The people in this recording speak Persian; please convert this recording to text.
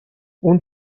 اون